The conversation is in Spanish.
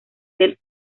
del